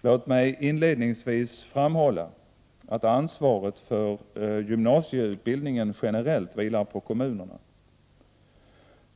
Låt mig inledningsvis framhålla att ansvaret för gymnasieutbildningen generellt vilar på kommunerna.